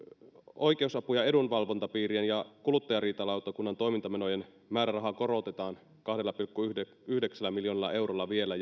oikeusapu ja edunvalvontapiirien ja kuluttajariitalautakunnan toimintamenojen määrärahaa korotetaan kahdella pilkku yhdeksällä miljoonalla eurolla vielä